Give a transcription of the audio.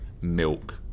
milk